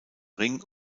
ring